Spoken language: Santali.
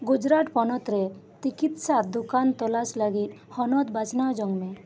ᱜᱩᱡᱽᱨᱟᱴ ᱯᱚᱱᱚᱛ ᱨᱮ ᱛᱤᱠᱤᱛᱥᱟ ᱫᱚᱠᱟᱱ ᱛᱚᱞᱟᱥ ᱞᱟᱹᱜᱤᱫ ᱦᱚᱱᱚᱛ ᱵᱟᱪᱷᱱᱟᱣ ᱡᱚᱝ ᱢᱮ